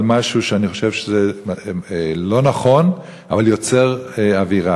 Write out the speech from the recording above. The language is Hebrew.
69% מהציבור בישראל לא מעוניין להכיר חרדים,